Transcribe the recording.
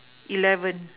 eleven